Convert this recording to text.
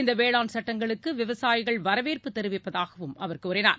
இந்த வேளாண் சட்டங்களுக்கு விவசாயிகள் வரவேற்பு தெரிவிப்பதாகவும் அவர் கூறினார்